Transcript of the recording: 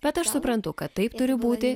bet aš suprantu kad taip turi būti